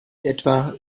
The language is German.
etwa